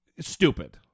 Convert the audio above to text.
stupid